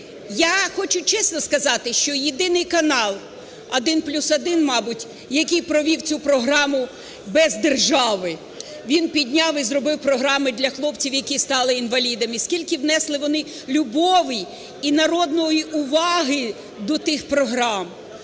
Я хочу чесно сказати, що єдиний канал, "1+1", мабуть, який провів цю програму без держави. Він підняв і зробив програми для хлопців, які стали інвалідами, скільки внесли вони любові і народної уваги до тих програм,